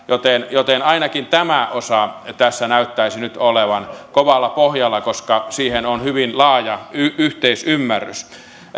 joten joten ainakin tämä osa tässä näyttäisi nyt olevan kovalla pohjalla koska siitä on hyvin laaja yhteisymmärrys